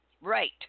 Right